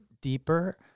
deeper